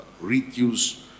reduce